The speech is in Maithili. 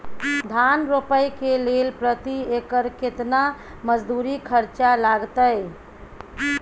धान रोपय के लेल प्रति एकर केतना मजदूरी खर्चा लागतेय?